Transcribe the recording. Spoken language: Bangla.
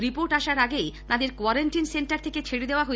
রিপোর্ট আসার আগেই তাদের কোয়ারিনটিন সেন্টার থেকে ছেড়ে দেওয়া হয়